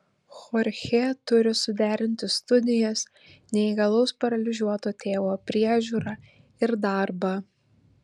chorchė turi suderinti studijas neįgalaus paralyžiuoto tėvo priežiūrą ir darbą